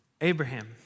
Abraham